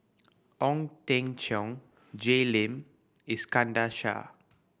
Ong Teng Cheong Jay Lim Iskandar Shah